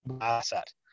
asset